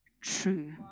true